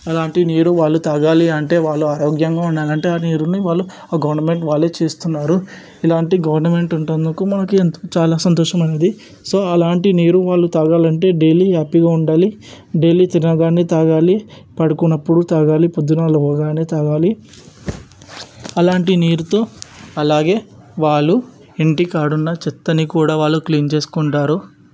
అలాంటి నీరు వాళ్ళు తాగాలి అంటే వాళ్ళు ఆరోగ్యంగా ఉండాలంటే ఆ నీరుని వాళ్లు గవర్నమెంట్ వాళ్ళు చేస్తున్నారు ఇలాంటి గవర్నమెంట్ ఉన్నందుకు మాకు ఎంతో చాలా సంతోషమైనది సో అలాంటి నీరు వాళ్ళు తాగాలంటే డైలీ హ్యాపీగా ఉండాలి డైలీ తినగానే తాగాలి పడుకున్నప్పుడు తాగాలి పొద్దున లేవగానే తాగాలి అలాంటి నీరుతో అలాగే వాళ్ళు ఇంటికాడ ఉన్న చెత్తని కూడా వాళ్ళు క్లీన్ చేసుకుంటారు